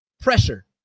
Pressure